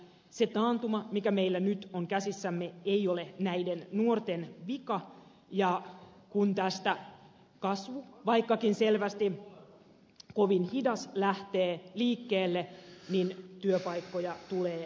se taantuma mikä meillä nyt on käsissämme ei ole näiden nuorten vika ja kun tästä kasvu vaikkakin selvästi kovin hidas lähtee liikkeelle niin työpaikkoja tulee löytymään